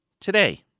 today